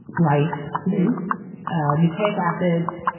life. there's nucleic acids,